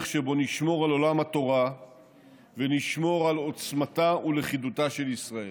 שבו נשמור על עולם התורה ונשמור על עוצמתה ולכידותה של ישראל.